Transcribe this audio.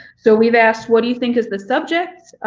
so we've asked what do you think is the subject?